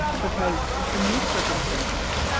because in this circumstance,